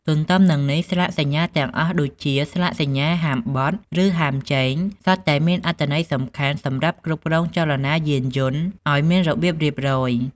ទន្ទឹមនឹងនេះ ស្លាកសញ្ញាទាំងអស់ដូចជាស្លាកសញ្ញាហាមបត់ ឬហាមជែង សុទ្ធតែមានអត្ថន័យសំខាន់សម្រាប់គ្រប់គ្រងចលនាយានយន្តឱ្យមានរបៀបរៀបរយ។